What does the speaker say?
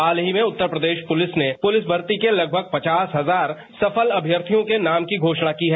हाल ही में उत्तर प्रदेश पुलिस ने पूलिस भर्ती के लगभग पचास हजार सफल अभिर्थियों के नाम की घोषणा की है